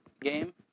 game